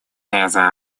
это